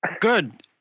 Good